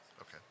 Okay